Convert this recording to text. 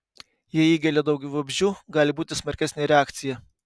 jei įgelia daugiau vabzdžių gali būti smarkesnė reakcija